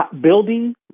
Building